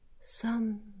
Some